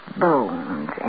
Bones